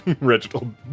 Reginald